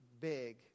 big